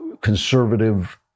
conservative